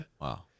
Wow